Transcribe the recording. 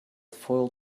foiled